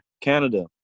Canada